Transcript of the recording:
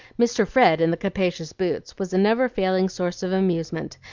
mr. fred in the capacious boots was a never-failing source of amusement,